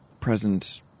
present